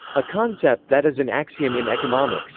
a concept that is an axiom in economics